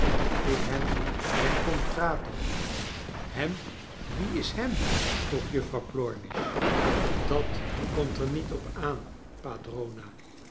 ik hem rincontrat o hem wie is hem v vroeg juffrouw plornish dat komt er niet op aan